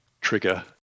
trigger